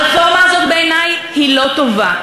הרפורמה הזאת בעיני היא לא טובה,